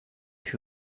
who